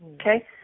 Okay